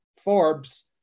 Forbes